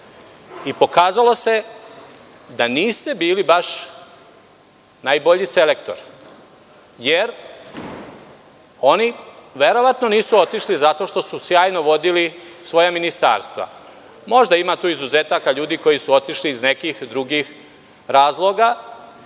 SNS.Pokazalo se da niste bili baš najbolji selektor, jer oni verovatno nisu otišli zato što su sjajno vodili svoja ministarstva. Možda ima izuzetaka, ljudi koji su otišli iz nekih drugih razloga.